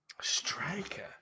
striker